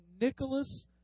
Nicholas